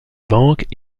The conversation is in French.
banques